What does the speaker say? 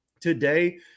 today